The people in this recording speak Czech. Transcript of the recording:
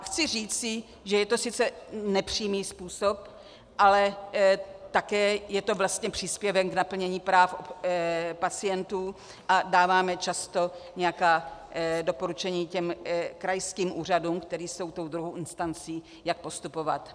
Chci říci, že je to sice nepřímý způsob, ale také je to vlastně příspěvek k naplnění práv pacientů a dáváme často nějaká doporučení krajským úřadům, které jsou tou druhou instancí, jak postupovat.